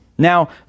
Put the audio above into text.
Now